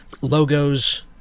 logos